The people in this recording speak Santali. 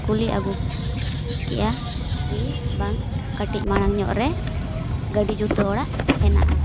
ᱠᱩᱞᱤ ᱟ ᱜᱩ ᱠᱮᱜᱼᱟ ᱠᱤ ᱵᱟᱝ ᱠᱟ ᱴᱤᱡ ᱢᱟᱲᱟᱝ ᱧᱚᱜ ᱨᱮ ᱜᱟ ᱰᱤ ᱡᱩᱛᱟᱹ ᱚᱲᱟᱜ ᱦᱮᱱᱟᱜᱼᱟ